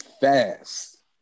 Fast